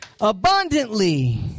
abundantly